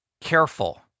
careful